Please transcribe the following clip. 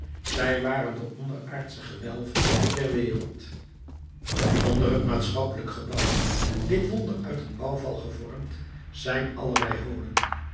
zij waren de onderaardsche gewelven der wereld onder het maatschappelijk gebouw dit wonder uit een bouwval gevormd zijn allerlei holen